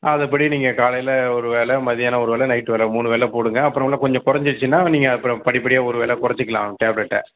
அது படி நீங்கள் காலையில் ஒரு வேள மதியானம் ஒரு வேள நைட்டு வேள மூணு வேள போடுங்க அப்புறம் உள்ள கொஞ்சம் குறஞ்சிருச்சின்னா நீங்கள் அப்புறம் படி படியாக ஒரு வேள குறச்சிக்கிலாம் டேப்லெட்டை